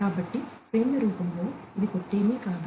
కాబట్టి ఫ్రేమ్ల రూపంలో ఇది కొత్తేమీ కాదు